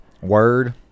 Word